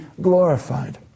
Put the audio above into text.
glorified